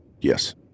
Yes